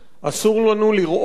אסור לנו לראות